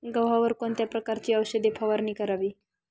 गव्हावर कोणत्या प्रकारची औषध फवारणी करावी?